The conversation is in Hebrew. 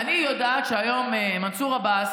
אני יודעת שהיום מנסור עבאס